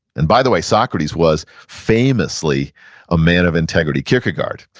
and by the way, socrates was famously a man of integrity. kierkegaard,